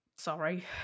Sorry